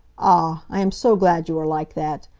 ah, i am so glad you are like that.